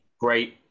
great